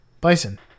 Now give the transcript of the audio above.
bison